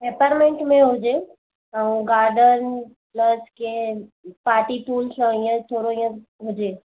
apartment में हुजे ऐं garden plus games party pool सां थोरो ईअं हुजे